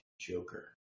Joker